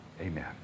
Amen